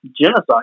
genocide